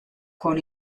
con